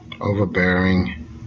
overbearing